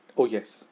oh yes